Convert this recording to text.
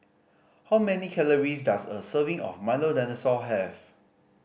how many calories does a serving of Milo Dinosaur have